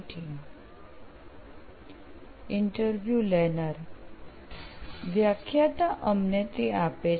interviewer interview લેનાર વ્યાખ્યાતા અમને તે આપે છે